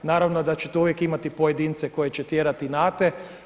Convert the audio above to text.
Naravno da ćete uvijek imati pojedince koji će tjerati inate.